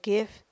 Give